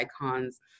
icons